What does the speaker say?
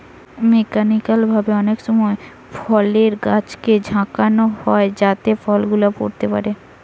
mechanical ভাবে অনেক সময় ফলের গাছকে ঝাঁকানো হয় যাতে ফল গুলা পড়তে পারে